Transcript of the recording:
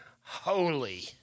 holy